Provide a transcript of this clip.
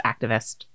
activist